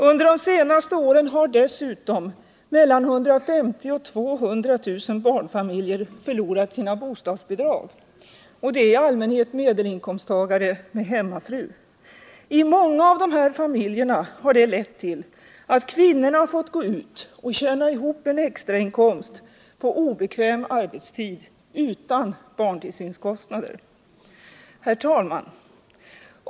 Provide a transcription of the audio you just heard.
Under de senaste åren har dessutom mellan 150 000 och 200 000 barnfamiljer — i allmänhet medelinkomsttagare med hemmafru — förlorat sina bostadsbidrag. I många av dessa familjer har det lett till att kvinnorna har fått gå ut och tjäna ihop en extrainkomst på obekväm arbetstid utan barntillsynskostnader. Herr talman!